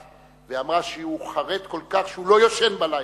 ואמר שהוא חרד כל כך, שהוא לא ישן בלילה.